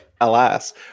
Alas